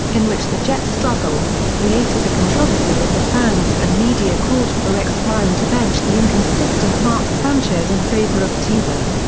in which the jets struggled, created a controversy as the fans and media called for rex ryan to bench the inconsistent mark sanchez in favor of tebow.